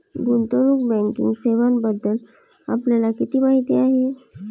गुंतवणूक बँकिंग सेवांबद्दल आपल्याला किती माहिती आहे?